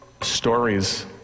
stories